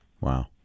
Wow